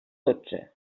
dotze